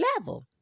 level